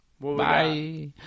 Bye